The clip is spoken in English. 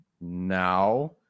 now